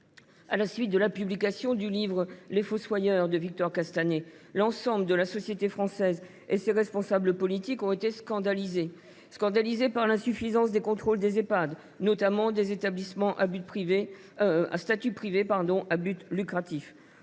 À la suite de la publication du livre, de Victor Castanet, l’ensemble de la société française et ses responsables politiques ont été scandalisés par l’insuffisance des contrôles des Ehpad, notamment des établissements à statut privé à but lucratif.